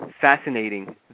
fascinating